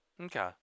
Okay